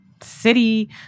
city